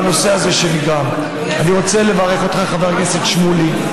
אני רוצה לברך אותך, חבר הכנסת שמולי,